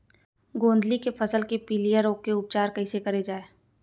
गोंदली के फसल के पिलिया रोग के उपचार कइसे करे जाये?